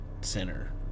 Center